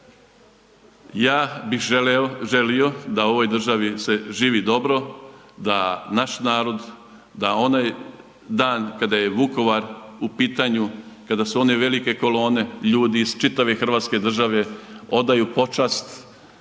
Ja bih želio da u ovoj državi se živi dobro, da naš narod, da onaj dan kada je Vukovar u pitanju, kada su one velike kolone ljudi iz čitave Hrvatske države odaju počast,